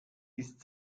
ist